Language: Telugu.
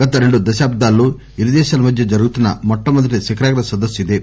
గత రెండు దశాబ్దాల్లో ఇరుదేశాల మధ్య జరుగుతున్న మొట్టమొదటి శిఖరాగ్ర సదస్పు ఇదే